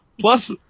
plus